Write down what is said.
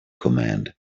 command